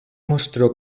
mostró